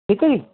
ਠੀਕ ਹੈ ਜੀ